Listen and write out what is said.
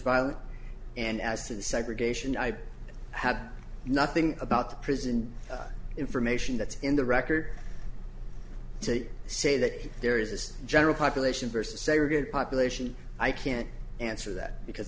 violent and as to the segregation i had nothing about the prison information that's in the record to say that there is this general population versus segregated population i can't answer that because